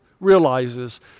realizes